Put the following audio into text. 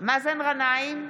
מאזן גנאים,